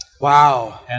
Wow